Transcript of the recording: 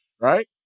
Right